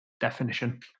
definition